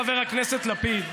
חבר הכנסת לפיד,